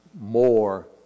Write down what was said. More